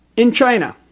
in china,